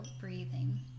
breathing